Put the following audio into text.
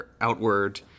outward